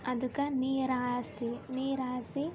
ಅದಕ್ಕೆ ನೀರಾಸ್ತೀವಿ ನೀರಾಸಿ